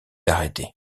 arrêté